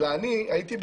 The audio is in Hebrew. אלא אני הייתי בלוד,